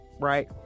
right